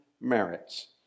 merits